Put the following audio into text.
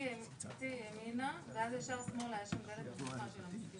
סכום ההשתתפות המיוחד של הממשלה